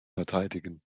verteidigen